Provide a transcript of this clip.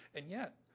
and yet